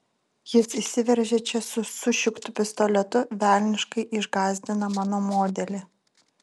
jis įsiveržia čia su sušiktu pistoletu velniškai išgąsdina mano modelį